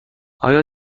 آیا